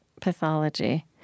pathology